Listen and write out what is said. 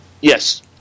Yes